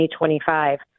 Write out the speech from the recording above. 2025